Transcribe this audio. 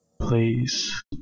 please